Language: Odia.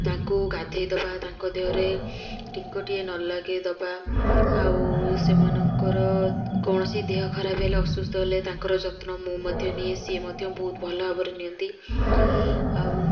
ତାଙ୍କୁ ଗାଧେଇ ଦେବା ତାଙ୍କ ଦେହରେ ଟିଙ୍କଟିଏ ନଲଗେଇଦେବା ଆଉ ସେମାନଙ୍କର କୌଣସି ଦେହ ଖରାପ ହେଲେ ଅସୁସ୍ଥ ହେଲେ ତାଙ୍କର ଯତ୍ନ ମୁଁ ମଧ୍ୟ ନିଏ ସିଏ ମଧ୍ୟ ବହୁତ ଭଲ ଭାବରେ ନିଅନ୍ତି ଆଉ